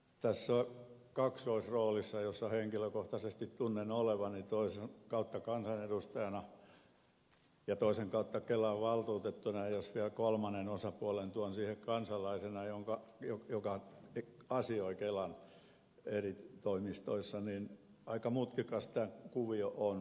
tässä kaksoisroolissa jossa henkilökohtaisesti tunnen olevani toisen kautta kansanedustajana ja toisen kautta kelan valtuutettuna ja jos vielä kolmannen osapuolen tuon siihen kansalaisena joka asioi kelan eri toimistoissa niin aika mutkikas tämä kuvio on